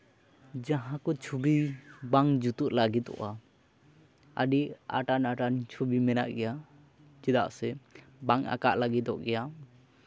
ᱡᱟᱦᱟᱸ ᱠᱚ ᱪᱷᱚᱵᱤ ᱵᱟᱝ ᱡᱩᱛᱩᱜ ᱞᱟᱹᱜᱤᱫᱚᱜᱼᱟ ᱟᱹᱰᱤ ᱟᱴᱟᱱ ᱟᱴᱟᱱ ᱪᱷᱚᱵᱤ ᱢᱮᱱᱟᱜ ᱜᱮᱭᱟ ᱪᱮᱫᱟᱜ ᱥᱮ ᱵᱟᱝ ᱟᱸᱠᱟᱣ ᱞᱟᱹᱜᱤᱫᱚᱜ ᱜᱮᱭᱟ